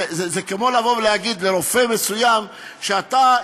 זה כמו לבוא ולהגיד לרופא מסוים שאתה,